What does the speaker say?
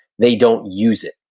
they don't use it.